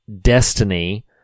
destiny